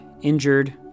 injured